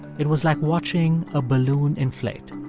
it was like watching a balloon inflate.